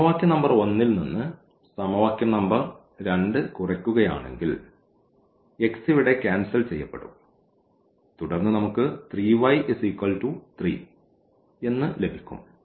സമവാക്യ നമ്പർ 1 ൽ നിന്ന് സമവാക്യം നമ്പർ 2 കുറയ്ക്കുകയാണെങ്കിൽ x ഇവിടെ ക്യാൻസൽ ചെയ്യപ്പെടും തുടർന്ന് നമുക്ക് 3y 3 എന്ന് ലഭിക്കും